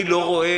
אני לא רואה,